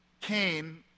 Cain